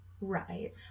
Right